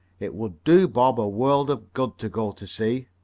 it would do bob a world of good to go to sea.